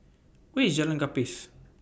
Where IS Jalan Gapis